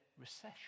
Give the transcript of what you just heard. recession